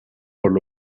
por